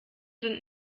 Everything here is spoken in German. sind